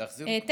להחזיר אותך?